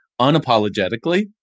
unapologetically